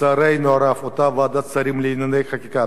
לצערנו הרב, אותה ועדת שרים לענייני חקיקה